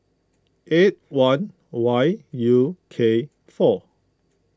eight one Y U K four